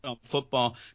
football